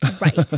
Right